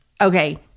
Okay